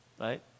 right